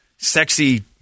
Sexy